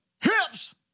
hips